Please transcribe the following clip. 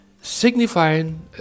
signifying